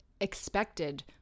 expected